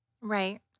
Right